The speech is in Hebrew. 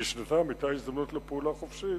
כי שנתיים היתה הזדמנות לפעולה חופשית,